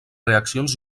reaccions